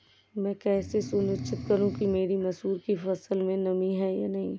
मैं कैसे सुनिश्चित करूँ कि मेरी मसूर की फसल में नमी नहीं है?